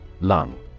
Lung